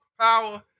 Power